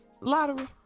lottery